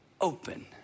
open